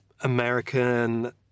American